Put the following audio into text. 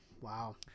wow